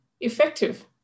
effective